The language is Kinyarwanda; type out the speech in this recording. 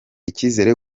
icyizere